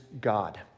God